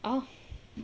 oh